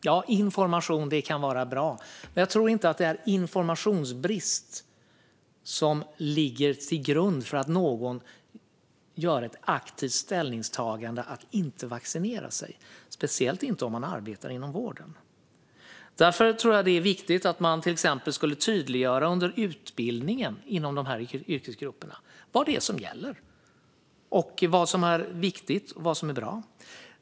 Ja, information kan vara bra, men jag tror inte att det är informationsbrist som ligger till grund för att någon gör ett aktivt ställningstagande att inte vaccinera sig, speciellt inte om man arbetar inom vården. Därför tror jag att det är viktigt att man till exempel tydliggör under utbildningen inom de här yrkesgrupperna vad det är som gäller och vad som är viktigt och bra.